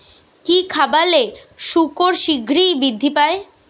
কি খাবালে শুকর শিঘ্রই বৃদ্ধি পায়?